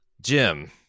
Jim